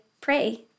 pray